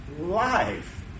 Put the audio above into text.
life